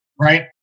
Right